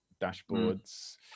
dashboards